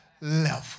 level